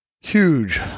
Huge